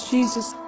Jesus